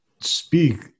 speak